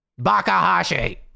Bakahashi